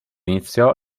inizio